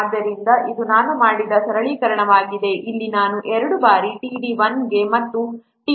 ಆದ್ದರಿಂದ ಇದು ನಾನು ಮಾಡಿದ ಸರಳೀಕರಣವಾಗಿದೆ ಇಲ್ಲಿ ನಾನು 2 ಬಾರಿ td 1 ಮತ್ತು td 2 ವ್ಯಾಲ್ಯೂಗಳನ್ನು ಕಂಡುಕೊಂಡಿದ್ದೇನೆ